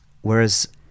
whereas